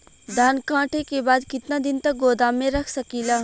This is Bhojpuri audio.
धान कांटेके बाद कितना दिन तक गोदाम में रख सकीला?